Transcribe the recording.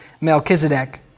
Melchizedek